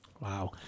Wow